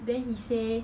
then he say